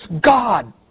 God